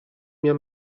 mia